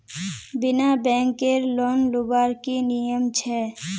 बिना बैंकेर लोन लुबार की नियम छे?